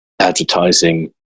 advertising